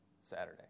Saturday